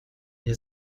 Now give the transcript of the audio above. nie